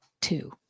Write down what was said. two